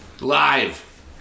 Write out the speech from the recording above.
Live